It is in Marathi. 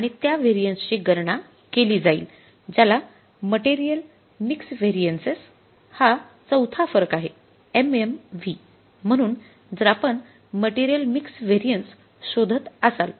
आणि त्या व्हेरिएन्सची गणना केली जाईल ज्याला मटेरियल मिक्स व्हेरिएन्सेस हा चौथा फरक आहे MMV म्हणून जर आपण मटेरियल मिक्स व्हेरिएन्स शोधत असाल